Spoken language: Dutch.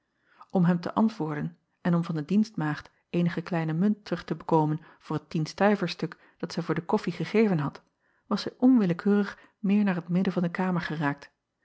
m hem te antwoorden en om van de dienstmaagd eenige kleine munt terug te bekomen voor het tienstuiverstuk dat zij voor de koffie gegeven had was zij ouwillekeurig meer naar het midden van de kamer geraakt